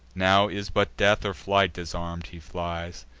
now is but death, or flight disarm'd he flies,